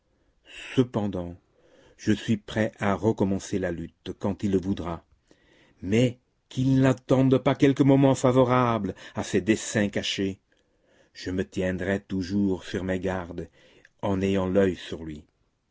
cependant je suis prêt à recommencer la lutte quand il le voudra mais qu'il n'attende pas quelque moment favorable à ses desseins cachés je me tiendrai toujours sur mes gardes en ayant l'oeil sur lui